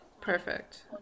Perfect